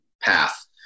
path